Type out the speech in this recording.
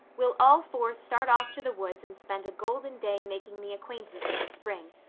we'll all four start off to the woods and spend a golden day making the acquaintance of the spring.